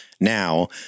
now